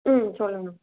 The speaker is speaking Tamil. ம் சொல்லுங்கள்